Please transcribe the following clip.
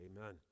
Amen